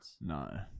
No